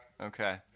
okay